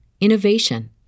innovation